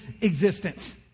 existence